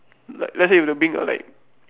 let let's say if you bring a like